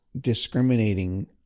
discriminating